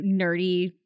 nerdy